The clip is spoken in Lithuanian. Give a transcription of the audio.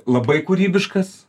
labai kūrybiškas